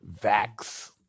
vax